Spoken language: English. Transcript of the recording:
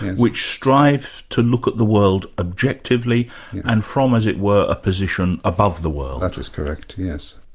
which strives to look at the world objectively and from as it were, a position above the world. that is correct. yes.